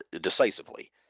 decisively